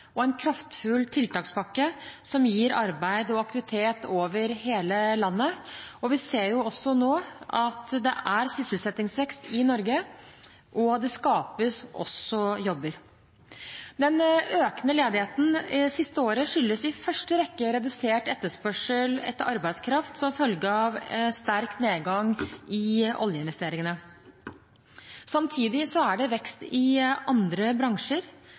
og en kraftfull tiltakspakke som gir arbeid og aktivitet over hele landet, og vi ser jo også nå at det er sysselsettingsvekst i Norge, og at det skapes jobber. Den økende ledigheten det siste året skyldes i første rekke redusert etterspørsel etter arbeidskraft som følge av sterk nedgang i oljeinvesteringene. Samtidig er det vekst i andre bransjer.